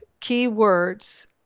keywords